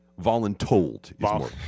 Voluntold